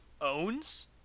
owns